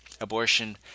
Abortion